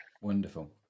wonderful